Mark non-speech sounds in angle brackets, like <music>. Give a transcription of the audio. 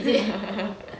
<laughs>